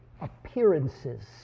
appearances